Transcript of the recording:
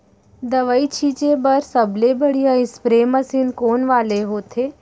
दवई छिंचे बर सबले बढ़िया स्प्रे मशीन कोन वाले होथे?